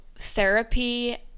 therapy